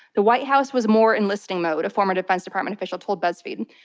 the white house was more in listening mode a former defense department official told buzzfeed